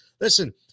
Listen